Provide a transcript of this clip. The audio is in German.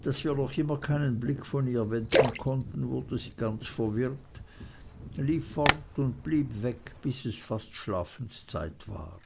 daß wir noch immer keinen blick von ihr wenden konnten wurde sie ganz verwirrt lief fort und blieb weg bis es fast schlafenszeit war